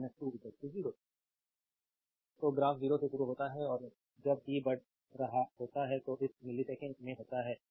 slide time देखें 2831 तो graph 0 से शुरू होता है और जब t बढ़ रहा होता है तो यह मिलीसेकंड में होता है